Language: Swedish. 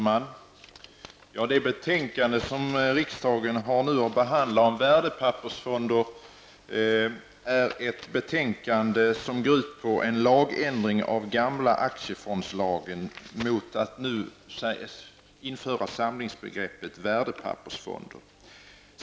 Fru talman! Det betänkande som riksdagen nu har att behandla om värdepappersfonder går ut på en lagändring av den gamla aktiefondslagen så att man inför samlingsbegreppet värdepappersfonder.